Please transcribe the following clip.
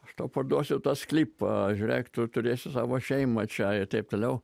aš tau parduosiu tą sklypą žiūrėk tu turėsi savo šeimą čia ir taip toliau